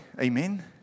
amen